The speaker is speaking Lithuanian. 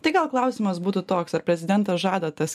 tai gal klausimas būtų toks ar prezidentas žada tas